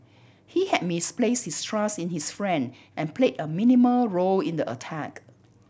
he had misplaced his trust in his friend and played a minimal role in the attack